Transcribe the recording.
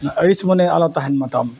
ᱟᱹᱲᱤᱥ ᱢᱚᱱᱮ ᱟᱞᱚ ᱛᱟᱦᱮᱱ ᱢᱟ ᱛᱟᱢ